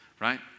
right